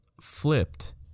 flipped